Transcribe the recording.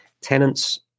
tenants